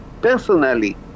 personally